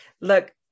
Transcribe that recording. Look